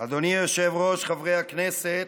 אדוני היושב-ראש, חברי הכנסת,